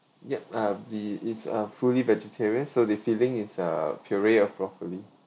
yup uh the it's a fully vegetarian so the filing is a puree of broccoli